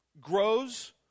grows